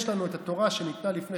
יש לנו את התורה שניתנה לפני